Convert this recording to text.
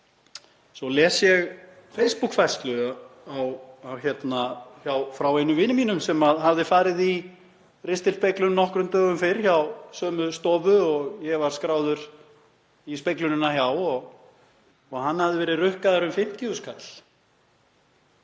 Svo les ég Facebook-færslu hjá frá einum vini mínum sem hafði farið í ristilspeglun nokkrum dögum fyrr hjá sömu stofu og ég var skráður í speglunina hjá. Hann hafði verið rukkaður um 50.000